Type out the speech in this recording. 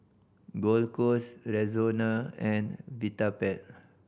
Gold Rexona and Vitapet